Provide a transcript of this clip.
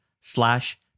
slash